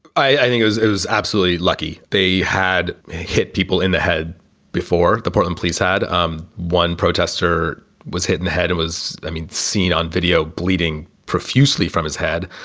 i think it was it was absolutely lucky. they had. people in the head before the portland police had um one protester was hit in the head, it was i mean, seen on video bleeding profusely from his head,